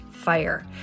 fire